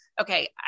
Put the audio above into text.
okay